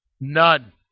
None